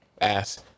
ass